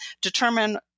determine